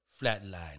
Flatline